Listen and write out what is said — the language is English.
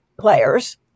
players